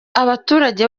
abaturage